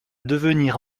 devenir